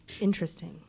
Interesting